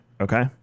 Okay